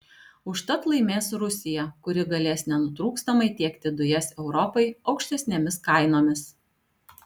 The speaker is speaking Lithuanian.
užtat laimės rusija kuri galės nenutrūkstamai tiekti dujas europai aukštesnėmis kainomis